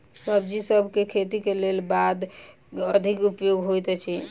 सब्जीसभ केँ खेती केँ लेल केँ खाद अधिक उपयोगी हएत अछि?